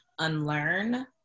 unlearn